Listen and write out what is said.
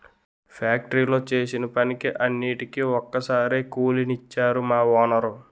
ఫ్యాక్టరీలో చేసిన పనికి అన్నిటికీ ఒక్కసారే కూలి నిచ్చేరు మా వోనరు